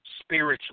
spiritually